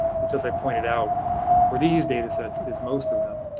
which, as i pointed out for these datasets, is most of them,